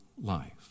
life